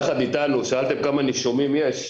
שאלתם כמה נישומים יש,